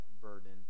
burden